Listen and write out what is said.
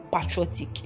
patriotic